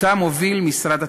שאותה מוביל משרד התחבורה.